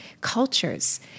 cultures